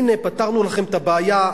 הנה פתרנו לכם את הבעיה,